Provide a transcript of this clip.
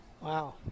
Wow